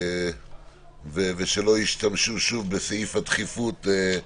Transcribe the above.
ושלא ישתמשו שוב בסעיף הדחיפות.